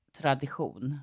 tradition